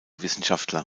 wissenschaftler